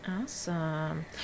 Awesome